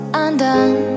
undone